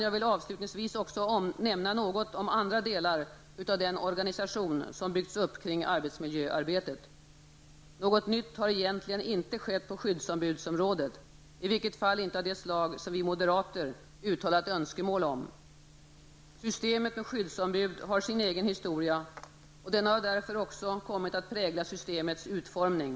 Jag vill avslutningsvis också nämna något om andra delar av den organisation som byggts upp kring arbetsmiljöarbetet. Något nytt har egentligen inte skett på skyddsombudsområdet -- i vilket fall som helst inte av det slag som vi moderater uttalat önskemål om. Systemet med skyddsombud har sin egen historia, och denna har också kommit att prägla systemets utformning.